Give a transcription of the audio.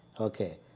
Okay